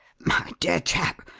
my dear chap,